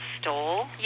stole